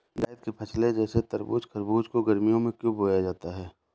जायद की फसले जैसे तरबूज़ खरबूज को गर्मियों में क्यो बोया जाता है?